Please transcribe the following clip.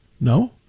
No